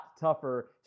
tougher